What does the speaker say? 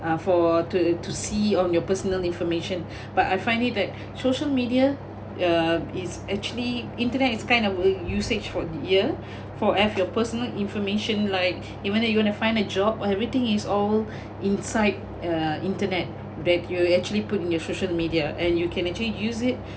uh for to to see on your personal information but I find it that social media uh is actually internet it's kind of uh usage for the year for have your personal information like even though you want to find a job everything is all inside uh internet that you actually put in your social media and you can actually use it